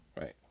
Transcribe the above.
Right